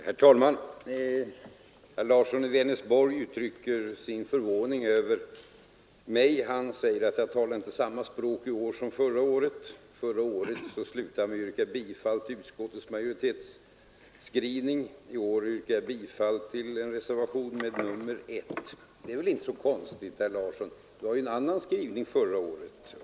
Herr talman! Herr Larsson i Vänersborg uttryckte förvåning över att jag, som herr Larsson sade, i år inte talar samma språk som förra året. I fjol slutade jag med att yrka bifall till utskottets hemställan, i år yrkar jag bifall till reservationen 1. Men det är väl inte så konstigt, herr Larsson. Det förelåg ju en annan utskottsskrivning förra året.